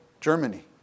Germany